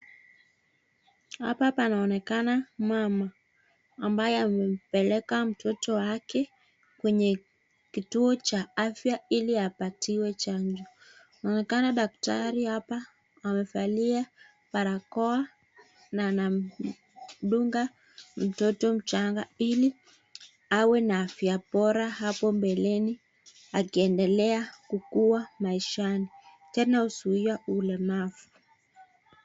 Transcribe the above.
Hapa panaonekana mama ambaye amempeleka mtoto wake kwenye kituo cha afya ili apatiwe chanjo. Kunaonekana daktari hapa amevalia barakoa na anamdunga mtoto mchanga ili awe na afya bora hapo mbeleni akiendelea kukua maishani. Tena huzuia ulemavu.